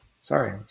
Sorry